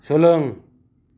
सोलों